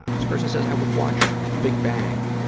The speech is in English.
this person says, i would watch the big bang,